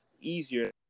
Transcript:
easier